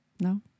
No